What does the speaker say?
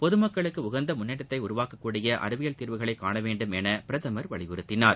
பொதுமக்களுக்கு உகந்த முன்னேற்றத்தை உருவாக்கக்கூடிய அறிவியல் தீர்வுகளைக் காண வேண்டுமென பிரதமர் வலியுறுத்தினார்